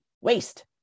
waste